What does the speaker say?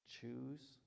Choose